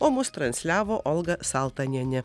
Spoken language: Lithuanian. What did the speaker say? o mus transliavo olga saltanienė